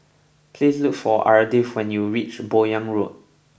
please look for Ardith when you reach Buyong Road